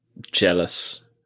jealous